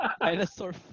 Dinosaur